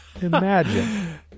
Imagine